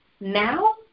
now